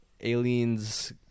aliens